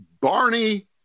Barney